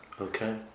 Okay